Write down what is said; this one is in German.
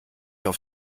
auf